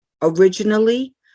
Originally